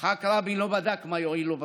יצחק רבין לא בדק מה יועיל לו בסקרים,